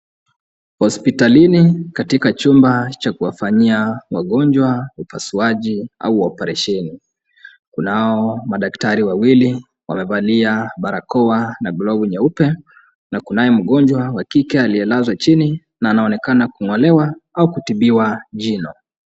Hospitalini katika chumba cha kuwafanyia wagonjwa upasuaji au operesheni, kunao madaktari wawili wamevalia barakoa na glovu nyeupe na kunaye mgonjwa wa kike aliyelazwa chini na anaonekana kung'olewa au kutibiwa jino.